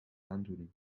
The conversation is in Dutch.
aandoening